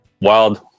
wild